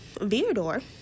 Vidor